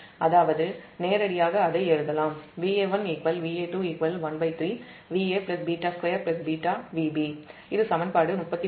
அதாவது நேரடியாக அதை எழுதலாம் இது சமன்பாடு 33